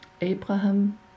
Abraham